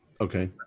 Okay